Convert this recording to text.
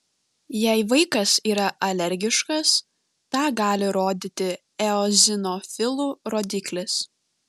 jei vaikas yra alergiškas tą gali rodyti eozinofilų rodiklis